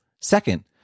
Second